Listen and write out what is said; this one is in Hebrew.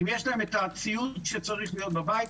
אם יש להם את הציוד שצריך להיות בבית,